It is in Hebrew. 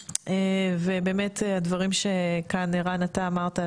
ובאמת הדברים שערן אתה אמרת,